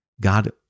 God